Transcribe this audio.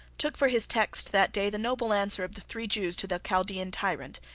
took for his text that day the noble answer of the three jews to the chaldean tyrant.